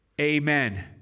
Amen